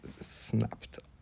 snapped